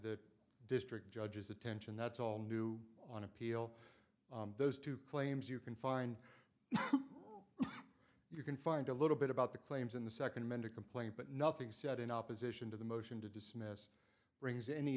the district judge's attention that's all new on appeal those two claims you can find you can find a little bit about the claims in the second man to complain but nothing said in opposition to the motion to dismiss brings any